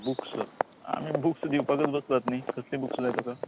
books आमी books दिवपाकूत बसलात न्ही कसली बूक्स जाय तुका